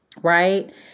Right